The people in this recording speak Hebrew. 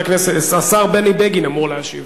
השר בני בגין אמור להשיב.